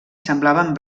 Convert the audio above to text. semblaven